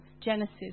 Genesis